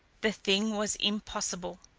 the thing was impossible.